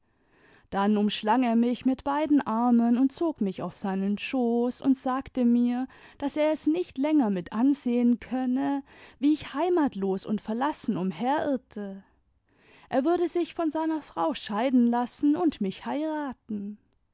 dann umschlang er mich mit beiden armen und zog mich auf seinen schoß und sagte mir daß er es nicht länger mit ansehen könne wie ich heimatlos und verlassen umherirrte er würde sich von seiner frau scheiden lassen und mich heiraten